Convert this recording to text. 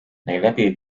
najlepiej